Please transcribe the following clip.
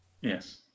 Yes